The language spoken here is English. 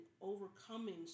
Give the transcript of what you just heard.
overcoming